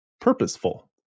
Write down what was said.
Purposeful